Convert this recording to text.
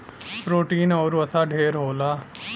protein आउर वसा ढेर होला